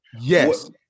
Yes